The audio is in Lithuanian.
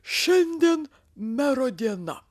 šiandien mero diena